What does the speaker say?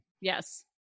Yes